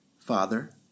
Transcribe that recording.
Father